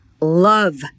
love